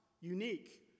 unique